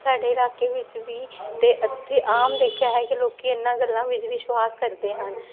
ਸਾਡੇ ਇਲਾਕੇ ਵਿੱਚ ਵੀ ਤੇ ਆਮ ਦੇਖਿਆ ਹੈ ਕਿ ਲੋਕੀ ਇਨਾ ਗੱਲਾਂ ਵਿੱਚ ਵਿਸ਼ਵਾਸ ਕਰਦੇ ਹਨ